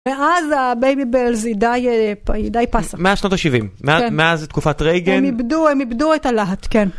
ואז הבייבי בלזי די פסק. מאז שנות ה-70? כן. מאז תקופת רייגן? הם איבדו הם איבדו את הלהט, כן.